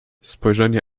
spojrzenie